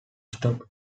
stopped